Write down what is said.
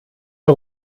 der